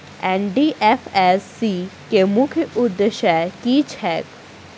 NDFSC केँ मुख्य उद्देश्य की छैक?